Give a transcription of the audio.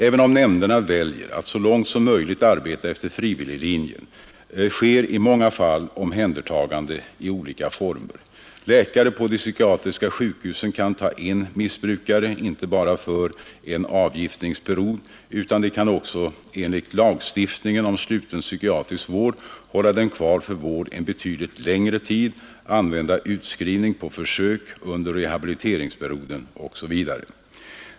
Även om nämnderna väljer att så långt som möjligt arbeta efter frivilliglinjen, sker i många fall omhändertagande i olika former. Läkare på de psykiatriska sjukhusen kan ta in missbrukare inte bara för en avgiftningsperiod, utan de kan också enligt lagstiftningen om sluten psykiatrisk vård hålla dem kvar för vård en betydligt längre tid, använda utskrivning på försök under rehabiliteringsperioden osv.